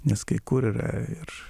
nes kai kur yra ir